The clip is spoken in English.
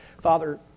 Father